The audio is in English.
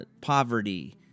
poverty